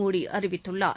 மோடி அறிவித்துள்ளார்